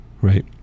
right